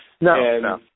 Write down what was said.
no